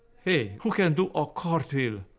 hey, who can do ah cartwheel?